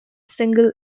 single